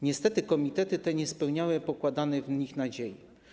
Niestety komitety te nie spełniały pokładanych w nich nadziei.